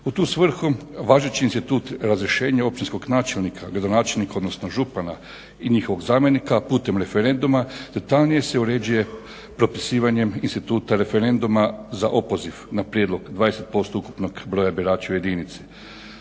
U tu svrhu važeći institut razrješenja općinskog načelnika, gradonačelnika, odnosno župana i njihovog zamjenika putem referenduma detaljnije se uređuje propisivanjem instituta referenduma za opoziv na prijedlog 20% ukupnog broja birača u jedinici.